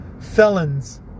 felons